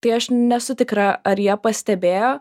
tai aš nesu tikra ar jie pastebėjo